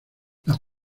las